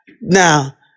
Now